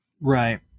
Right